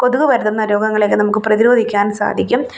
കൊതുക് പരത്തുന്ന രോഗങ്ങളെയൊക്കെ നമുക്ക് പ്രതിരോധിക്കാൻ സാധിക്കും